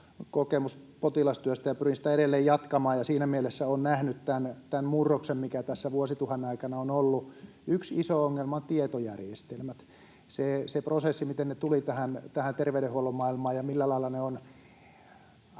potilastyöstä, ja pyrin sitä edelleen jatkamaan, ja siinä mielessä olen nähnyt tämän murroksen, mikä tässä vuosituhannen aikana on ollut. Yksi iso ongelma ovat tietojärjestelmät. Se prosessi, miten ne tulivat tähän terveydenhuollon maailmaan ja millä lailla ne